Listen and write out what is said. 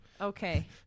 Okay